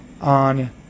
On